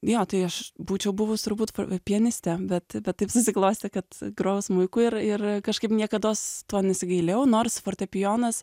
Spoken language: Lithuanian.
jo tai aš būčiau buvus turbūt pianiste bet taip susiklostė kad grojau smuiku ir ir kažkaip niekados to nesigailėjau nors fortepijonas